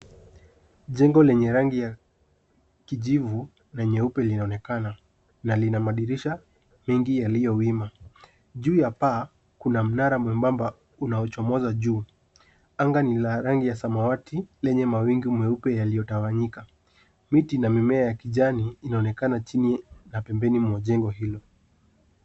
Jengo lenye rangi ya kijivu na nyeupe linaonekana na lina madirisha mengi yaliyo wima, juu ya paa kuna mnara mwembamba unaochomoza juu anga ni la rangi ya samawati lenye mawingu mweupe yaliyotawanyika, miti na mimea ya kijani inaonekana chini ya pembeni mwa jengo hilo.